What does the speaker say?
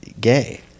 gay